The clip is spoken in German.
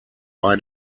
bei